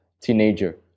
teenager